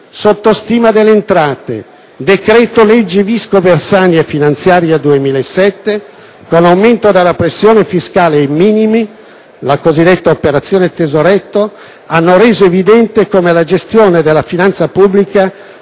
sottostima delle entrate, decreti-legge Visco-Bersani e finanziaria 2007, con aumento della pressione fiscale ai massimi, e la cosiddetta operazione tesoretto) hanno reso evidente come la gestione della finanza pubblica